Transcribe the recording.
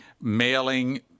mailing